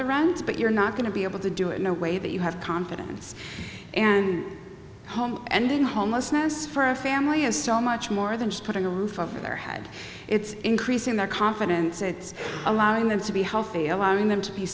the rounds but you're not going to be able to do it in a way that you have confidence and home and homelessness for a family is so much more than just putting a roof over their head it's increasing their confidence it's allowing them to be healthy allowing them to be